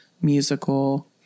musical